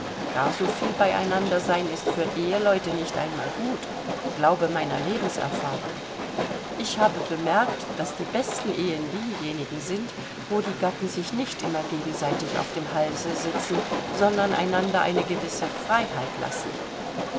gar so viel beieinander sein ist für eheleute nicht einmal gut glaube meiner lebenserfahrung ich habe bemerkt daß die besten ehen diejenigen sind wo die gatten sich nicht immer gegenseitig auf dem halse sitzen sondern einander eine gewisse freiheit lassen